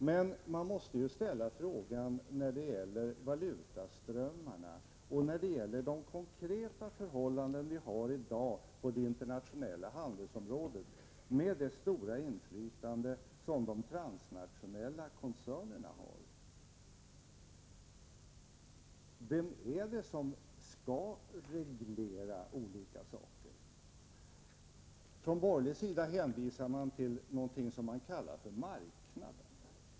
Men man måste när det gäller valutaströmmarna och de konkreta förhållanden som vi har i dag på det internationella handelsområdet, med det stora inflytande som de transnationella koncernerna har, ställa sig frågan: Vem är det som skall reglera olika saker? Från borgerlig sida hänvisar man till något som man kallar för marknaden.